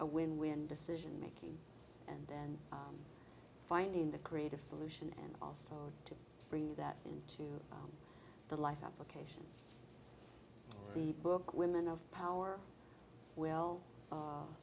a win win decision making and then finding the creative solution and also to bring that into the life application the book women of power will